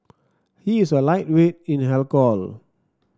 he is a lightweight in alcohol